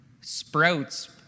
sprouts